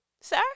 sir